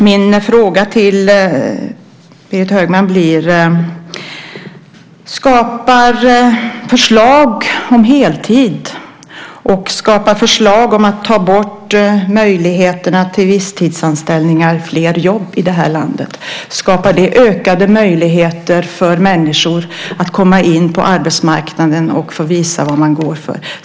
Min fråga till Berit Högman blir: Skapar förslag om heltid och förslag om att ta bort möjligheterna till visstidsanställningar fler jobb i det här landet? Skapar det ökade möjligheter för människor att komma in på arbetsmarknaden och få visa vad man går för?